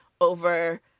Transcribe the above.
over